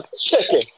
chicken